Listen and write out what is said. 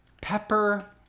pepper